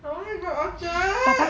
I want to go orchard